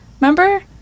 remember